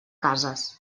cases